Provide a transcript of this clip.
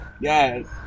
Yes